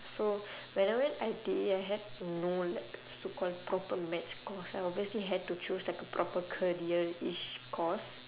so when I went I_T_E I had no like so called proper maths course I obviously had to choose like a proper careerish course